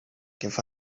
give